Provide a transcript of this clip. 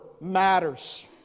matters